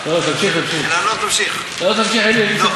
תמשיך, תמשיך, תגמור את